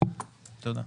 ולגבי הצפון?